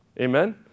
Amen